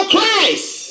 Christ